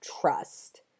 trust